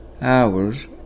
hours